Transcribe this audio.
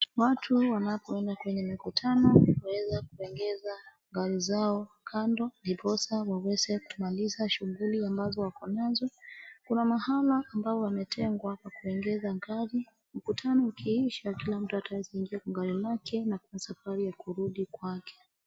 Watu wanapoenda kwenye mikutano wanaweza kuegeza magari zao kando ndiposa waweze kumaliza shughuli ambazo wakonazo. Kuna mahana ambao wametengwa kuegeza gari mkutano ukiisha kila mtu ataweze kuingia kwa gari lake na kuanza safari ya kurudi kwake.